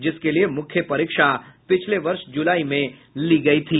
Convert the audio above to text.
जिसके लिए मुख्य परीक्षा पिछले वर्ष जुलाई में ली गई थी